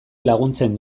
laguntzen